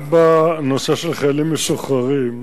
איתן, גם בנושא של חיילים משוחררים,